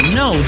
no